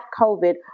COVID